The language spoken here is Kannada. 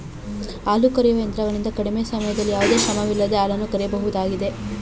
ಹಾಲು ಕರೆಯುವ ಯಂತ್ರಗಳಿಂದ ಕಡಿಮೆ ಸಮಯದಲ್ಲಿ ಯಾವುದೇ ಶ್ರಮವಿಲ್ಲದೆ ಹಾಲನ್ನು ಕರೆಯಬಹುದಾಗಿದೆ